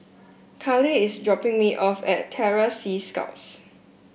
Karlee is dropping me off at Terror Sea Scouts